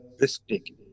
risk-taking